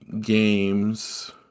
games